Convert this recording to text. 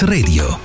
Radio